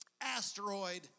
Asteroid